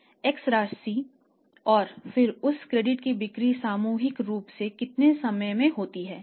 x राशि और फिर उस क्रेडिट की बिक्री सामूहिक रूप से कितने समय में होती है